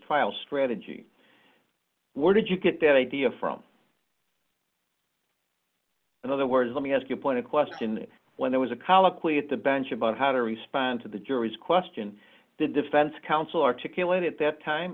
d strategy were did you get that idea from in other words let me ask you a pointed question when there was a colloquy at the bench about how to respond to the jury's question the defense counsel articulate at that time